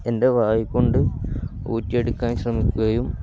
എൻ്റെ വായകൊണ്ട് ഊറ്റിയെടുക്കാൻ ശ്രമിക്കുകയും